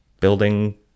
building